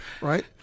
right